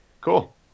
Cool